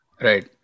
Right